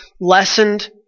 lessened